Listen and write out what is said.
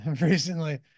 recently